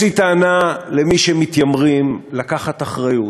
יש לי טענה למי שמתיימרים לקחת אחריות,